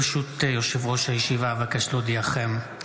ברשות יושב-ראש הישיבה, אבקש להודיעכם,